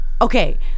Okay